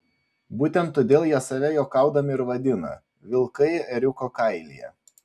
būtent todėl jie save juokaudami ir vadina vilkai ėriuko kailyje